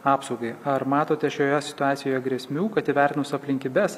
apsaugai ar matote šioje situacijoje grėsmių kad įvertinus aplinkybes